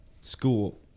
School